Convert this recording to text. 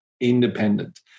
independent